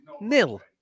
nil